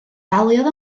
daliodd